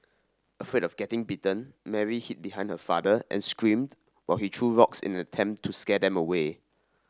afraid of getting bitten Mary hid behind her father and screamed while he threw rocks in an attempt to scare them away